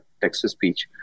text-to-speech